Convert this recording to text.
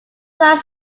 lines